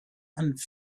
and